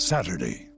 Saturday